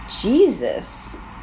jesus